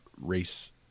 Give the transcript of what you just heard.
race